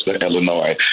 Illinois